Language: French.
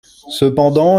cependant